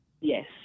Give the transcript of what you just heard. Yes